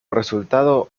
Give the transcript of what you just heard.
resultado